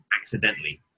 accidentally